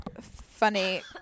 funny